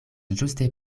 ĝuste